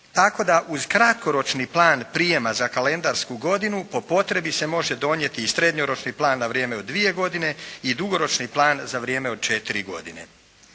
tako da uz kratkoročni plan prijema za kalendarsku godinu po potrebi se može donijeti i srednjoročni plan na vrijeme od 2 godine i dugoročni plan za vrijeme od 4 godine.